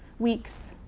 weeks,